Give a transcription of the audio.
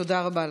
תודה רבה לך.